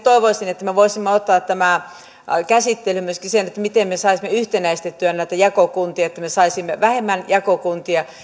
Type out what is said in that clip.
toivoisin että me me voisimme ottaa käsittelyyn myöskin sen miten me saisimme yhtenäistettyä näitä jakokuntia että me saisimme vähemmän jakokuntia